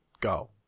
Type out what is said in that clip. go